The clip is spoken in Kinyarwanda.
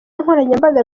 nkoranyambaga